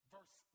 Verse